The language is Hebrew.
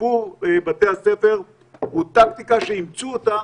סיפור בתי הספר הוא טקטיקה שאימצו אותה